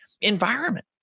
environment